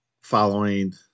following